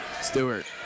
Stewart